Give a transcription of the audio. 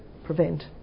prevent